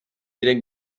diren